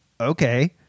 okay